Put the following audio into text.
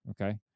Okay